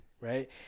right